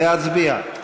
להצביע.